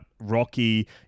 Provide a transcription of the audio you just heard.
Rocky